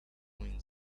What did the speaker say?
wind